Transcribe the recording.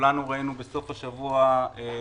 שכולנו ראינו בסוף השבוע שעבר,